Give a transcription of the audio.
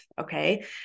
okay